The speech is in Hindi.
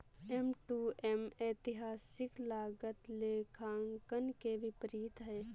एम.टू.एम ऐतिहासिक लागत लेखांकन के विपरीत है